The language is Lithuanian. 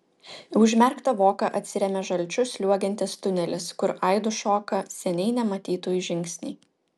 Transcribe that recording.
į užmerktą voką atsiremia žalčiu sliuogiantis tunelis kur aidu šoka seniai nematytųjų žingsniai